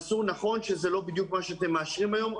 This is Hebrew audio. ועשו נכון שזה לא בדיוק מה שאתם מאשרים היום,